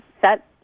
set